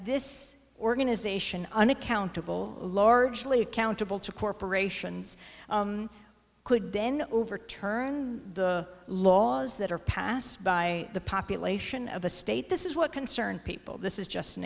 this organization unaccountable largely accountable to corporations could then overturn the laws that are passed by the population of a state this is what concerned people this is just an